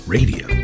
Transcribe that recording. Radio